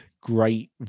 great